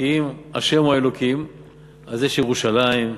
כי אם ה' הוא האלוקים אז יש ירושלים,